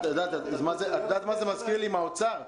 את יודעת מה זה מזכיר לי עם האוצר?